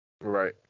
Right